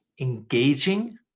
engaging